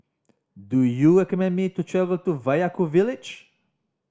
do you recommend me to travel to Vaiaku village